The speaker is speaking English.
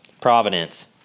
providence